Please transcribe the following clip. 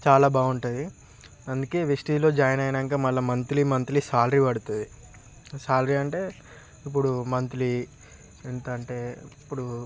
చాలా బాగుంటుంది అందుకే విస్టిజ్లో జాయిన్ అయినాక మంత్లీ మంత్లీ సాలరీ పడుతుంది సాలరీ అంటే ఇప్పుడు మంత్లీ ఎంతంటే ఇప్పుడు